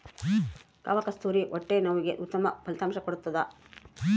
ಕಾಮಕಸ್ತೂರಿ ಹೊಟ್ಟೆ ನೋವಿಗೆ ಉತ್ತಮ ಫಲಿತಾಂಶ ಕೊಡ್ತಾದ